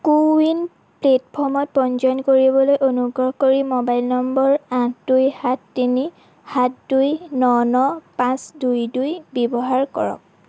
কো win প্লে'টফৰ্মত পঞ্জীয়ন কৰিবলৈ অনুগ্ৰহ কৰি মোবাইল নম্বৰ আঠ দুই সাত তিনি সাত দুই ন ন পাঁচ দুই দুই ব্যৱহাৰ কৰক